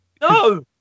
no